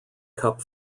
cup